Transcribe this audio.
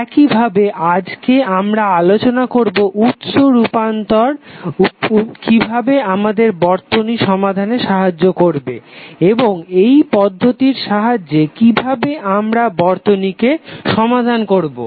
একই ভাবে আজকে আমরা আলোচনা করবো উৎস রূপান্তর কিভাবে আমাদের বর্তনী সমাধানে সাহায্য করবে এবং এই পদ্ধতির সাহায্যে কিভাবে আমরা বর্তনীকে সমাধান করবো